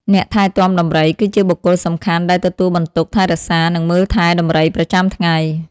អ្នកថែទាំដំរី គឺជាបុគ្គលសំខាន់ដែលទទួលបន្ទុក ថែរក្សា និងមើលថែដំរីប្រចាំថ្ងៃ។